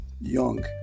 young